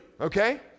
okay